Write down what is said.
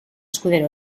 escudero